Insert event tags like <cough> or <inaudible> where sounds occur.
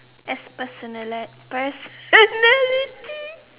as personali~ personality <laughs>